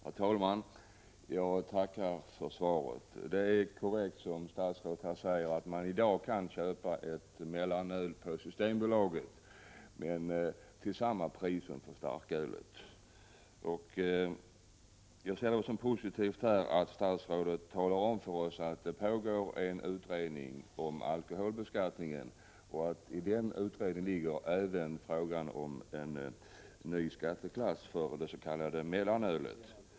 Herr talman! Jag tackar för svaret. Det är korrekt som statsrådet säger att man i dag kan köpa mellanöl på Systembolaget. Men priset är detsamma som för starköl. Jag ser det som positivt att statsrådet talar om för oss att det pågår en utredning om alkoholbeskattningen och att den utredningen även har i uppdrag att överväga frågan om en ny skatteklass för det s.k. mellanölet.